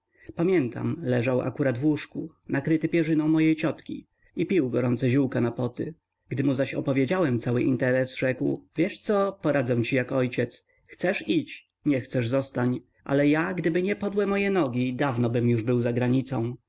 pamiętam leżał akurat w łóżku nakryty pierzyną mojej ciotki i pił gorące ziółka na poty gdy mu zaś opowiedziałem cały interes rzekł wiesz co poradzę ci jak ojciec chcesz idź nie chcesz zostań ale ja gdyby nie podłe moje nogi dawnobym już był zagranicą